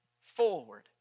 forward